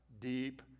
deep